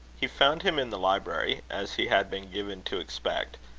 he found him in the library, as he had been given to expect,